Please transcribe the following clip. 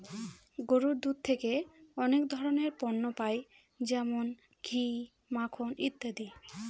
গরুর দুধ থেকে অনেক ধরনের পণ্য পাই যেমন ঘি, মাখন ইত্যাদি